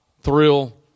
Thrill